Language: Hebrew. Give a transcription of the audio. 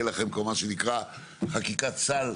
תהיה לכם "חקיקת סל"